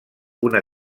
una